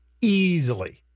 easily